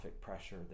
pressure